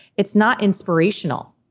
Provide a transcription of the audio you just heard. it's not inspirational,